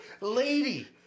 lady